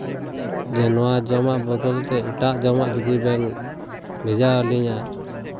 ᱡᱮ ᱱᱚᱣᱟ ᱡᱚᱢᱟᱜ ᱵᱚᱫᱚᱞ ᱛᱮ ᱮᱴᱟᱜ ᱡᱚᱢᱟᱜ ᱡᱩᱫᱤ ᱵᱮᱱ ᱵᱷᱮᱡᱟ ᱟᱹᱞᱤᱧᱟ